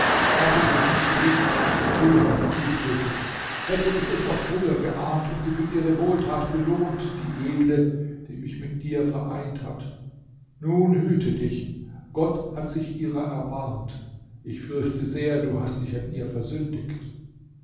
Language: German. habe ich es nicht gewußt du hast sie getötet hätte ich es doch früher geahnt und sie für ihre wohltat belohnt die edle die mich mit dir vereint hat nun hüte dich gott hat sich ihrer erbarmt ich fürchte sehr du hast dich an ihr versündigt